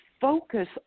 focus